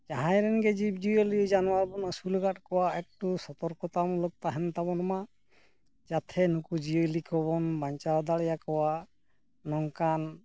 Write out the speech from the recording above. ᱡᱟᱦᱟᱸᱭ ᱨᱮᱱ ᱜᱮ ᱡᱤᱵᱽᱼᱡᱤᱭᱟᱹᱞᱤ ᱡᱟᱱᱣᱟᱨ ᱵᱚᱱ ᱟᱹᱥᱩᱞ ᱟᱠᱟᱫ ᱠᱚᱣᱟ ᱮᱠᱴᱩ ᱥᱚᱛᱚᱨᱠᱚᱛᱟ ᱢᱩᱞᱚᱠ ᱛᱟᱦᱮᱱ ᱛᱟᱵᱚᱱ ᱢᱟ ᱡᱟᱛᱮ ᱱᱩᱠ ᱩᱡᱤᱭᱟᱹᱞᱤ ᱠᱚᱵᱚᱱ ᱵᱟᱧᱪᱟᱣ ᱫᱟᱲᱮᱭᱟᱠᱚᱣᱟ ᱱᱚᱝᱠᱟᱱ